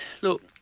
look